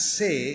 say